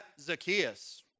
Zacchaeus